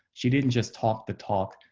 she didn't just talk the talk.